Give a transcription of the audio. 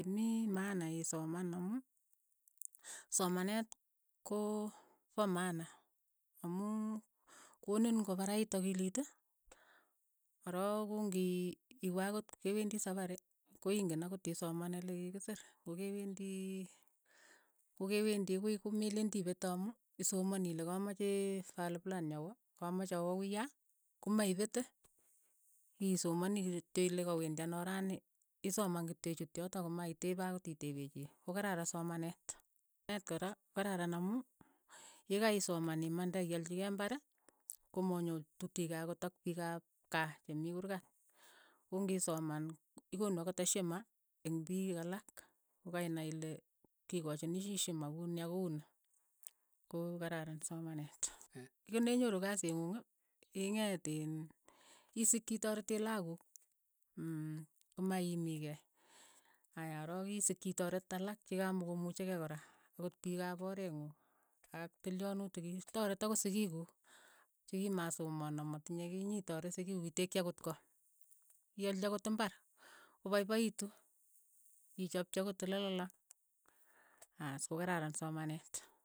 Mii maana isomanoo, somanet koo pa maana amu konin ko parait akilit, korook ko ngi iwe akot ke wendii sapari ko ingeen akot isoman ole kikisiir, ko kewendii ko ke wendii wui ko meleen tipete amu isomani ile kamachee fali fulani awa, kamache awa wuiyaa, ko ma ipete, isomani kityo ile kawendi ano oraani, isoman kityo ichut yotok ako maitepe akot itepe chii, ko kararan somanet, neet kora ko kararan amu ye kaisoman imande akialchikei imbar, ko manyotutikei akot ak piik ap kaa che mii kurkat, ko ngi soman, ikonu akot eshima eng' piik alak, ko kainai ile kikochini chii shima kuuni ak kouni, ko kararan somanet, akot nde nyoru kasii ng'ung, ing'eet iin isikchi itoretee lakok kuuk, mmh ko ma iimikei, aya korook isikchi itoreet alak che ka mo komuchei kora, akot piik ap oreet ng'ung ak tilyonutik ki itoret akot sikiik kuuk, chi ki masomoon a matinye kei nyi toret sikiik itekchi akot koot, ialchi akot imbar, ko paipaitu, ichopchi akot olelalang, as ko kararan somanet.